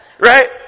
Right